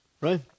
right